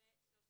ו-13